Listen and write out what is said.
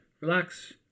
relax